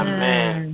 Amen